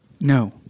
No